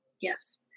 Yes